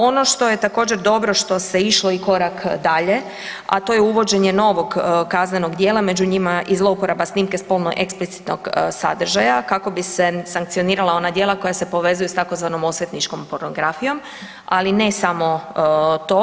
Ono što je također, dobro što se išlo i korak dalje, a to je uvođenje novog kaznenog djela, među njima i zlouporaba snimke spolno eksplicitnog sadržaja, kako bi se sankcionirala ona djela koja se povezuju s tzv. osvetničkom pornografijom, ali ne samo to.